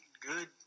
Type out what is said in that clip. good